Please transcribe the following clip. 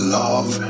love